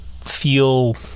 feel